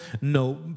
no